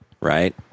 Right